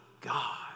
God